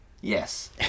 Yes